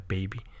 Baby